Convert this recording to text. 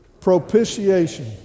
Propitiation